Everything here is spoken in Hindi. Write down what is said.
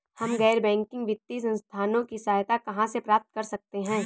हम गैर बैंकिंग वित्तीय संस्थानों की सहायता कहाँ से प्राप्त कर सकते हैं?